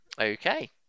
Okay